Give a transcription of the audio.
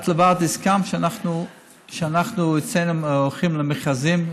את לבד הסכמת שאנחנו הולכים למכרזים,